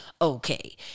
okay